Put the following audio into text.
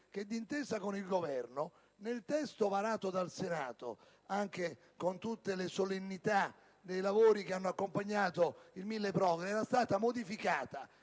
che, d'intesa con il Governo e nel testo varato dal Senato, con tutte le solennità dei lavori che hanno accompagnato il decreto milleproroghe, era stata modificata